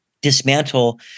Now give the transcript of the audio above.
dismantle